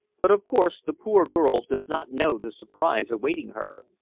but, of course, the poor girl does not know the surprise awaiting her.